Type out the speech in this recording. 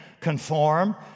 conform